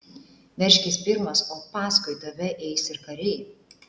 veržkis pirmas o paskui tave eis ir kariai